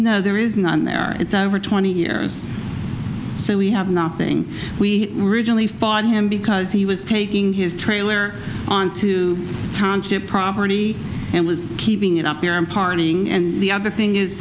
there is none there for twenty years so we have nothing we were originally fought him because he was taking his trailer onto township property and was keeping it up here and partying and the other thing is